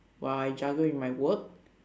while I juggle in my work